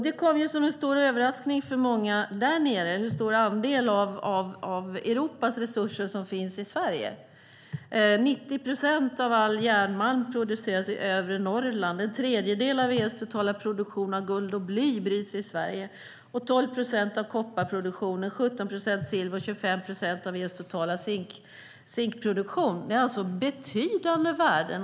Det kom som en stor överraskning för många där nere hur stor andel av Europas resurser som finns i Sverige. 90 procent av all järnmalm produceras i övre Norrland, en tredjedel av EU:s totala produktion av guld och bly sker i Sverige, 12 procent av kopparproduktionen, 17 procent av silverproduktionen och 25 procent av EU:s totala zinkproduktion sker i Sverige. Det är alltså betydande värden.